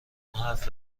حرف